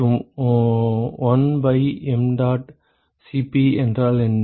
மற்றும் 1 by mdot Cp min என்றால் என்ன